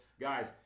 Guys